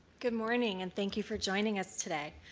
good morning and thank you for joining us today.